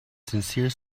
sincere